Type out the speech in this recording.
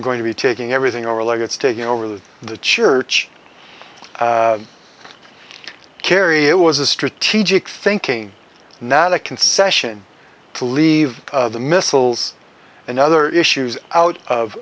going to be taking everything over like it's taking over the the church kerry it was a strategic thinking not a concession to leave the missiles and other issues out of